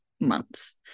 months